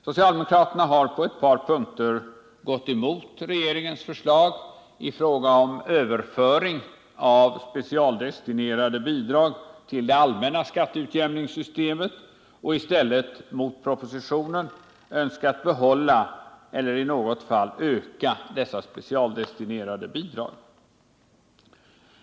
Socialdemokraterna har på ett par punkter gått emot regeringens förslag om överföring av de specialdestinerade bidragen till det allmänna skatteutjämningssystemet och i stället önskat behålla eller i något fall öka dessa specialdestinerade bidrag.